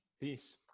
Peace